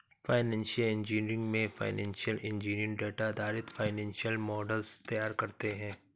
financial engineering में financial engineer data आधारित financial models तैयार करते है